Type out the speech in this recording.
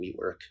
WeWork